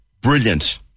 brilliant